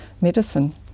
medicine